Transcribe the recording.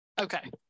Okay